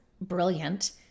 brilliant